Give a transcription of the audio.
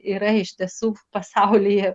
yra iš tiesų pasaulyje